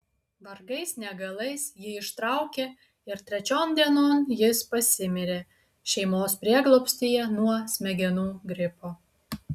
vargais negalais jį ištraukė ir trečion dienon jis pasimirė šeimos prieglobstyje nuo smegenų gripo